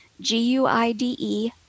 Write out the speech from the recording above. G-U-I-D-E